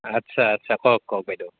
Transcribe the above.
আচ্ছা আচ্ছা কওক কওক বাইদেউ